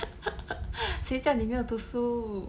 谁叫你没有读书